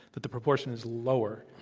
that the proportion is lower.